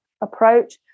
approach